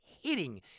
hitting